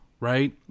Right